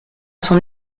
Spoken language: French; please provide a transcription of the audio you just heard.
son